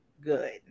good